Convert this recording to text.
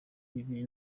bibiri